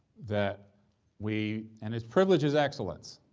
that we and it's privilege is excellence,